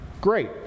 Great